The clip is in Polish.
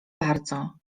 bardzo